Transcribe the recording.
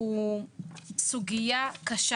הוא סוגיה קשה.